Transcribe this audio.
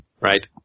right